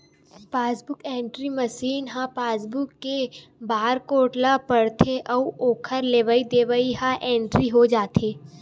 passbook entry machine ह passbook के barcode ल पड़थे अउ ओखर लेवई देवई ह इंटरी हो जाथे